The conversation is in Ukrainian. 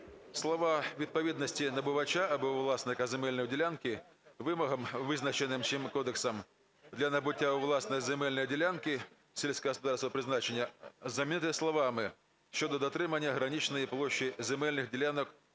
слова "відповідності набувача або власника земельної ділянки вимогам, визначеним цим кодексом для набуття у власність земельної ділянки сільськогосподарського призначення" замінити словами "щодо дотримання граничної площі земельних ділянок